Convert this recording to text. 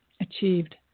achieved